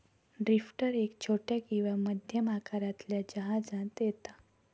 drifter एक छोट्या किंवा मध्यम आकारातल्या जहाजांत येता